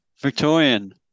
Victorian